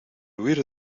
huir